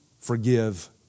forgive